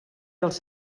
dels